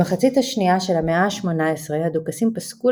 במחצית השנייה של המאה ה-18 הדוכסים פסקו